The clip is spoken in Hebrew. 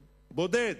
בודד,